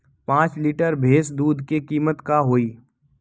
पाँच लीटर भेस दूध के कीमत का होई?